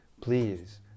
please